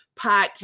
podcast